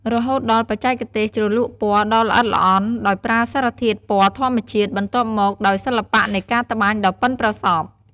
រហូតដល់បច្ចេកទេសជ្រលក់ពណ៌ដ៏ល្អិតល្អន់ដោយប្រើសារធាតុពណ៌ធម្មជាតិ បន្ទាប់មកដោយសិល្បៈនៃការត្បាញដ៏ប៉ិនប្រសប់។